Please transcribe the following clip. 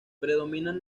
predominan